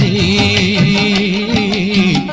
e